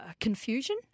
confusion